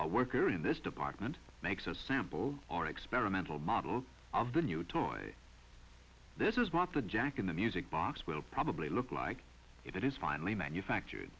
i work here in this department makes a sample or experimental model of the new toy this is what the jack in the music box will probably look like if it is finally manufactured